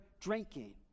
drinking